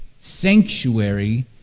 sanctuary